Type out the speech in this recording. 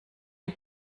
die